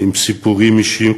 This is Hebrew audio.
עם סיפורים אישיים,